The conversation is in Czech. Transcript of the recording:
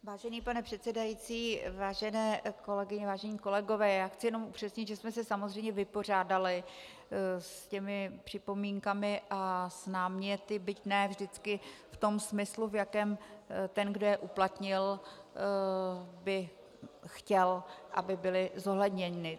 Vážený pane předsedající, vážené kolegyně, vážení kolegové, já chci jenom upřesnit, že jsme se samozřejmě vypořádali s těmi připomínkami a s náměty, byť ne vždycky v tom smyslu, v jakém ten, kdo je uplatnil, by chtěl, aby byly zohledněny.